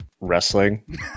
wrestling